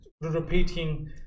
repeating